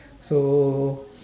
so